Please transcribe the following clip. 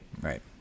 Right